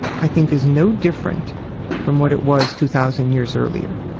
i think is no different from what it was two thousand years earlier.